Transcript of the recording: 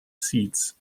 seats